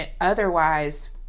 otherwise